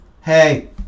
hey